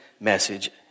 message